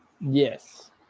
Yes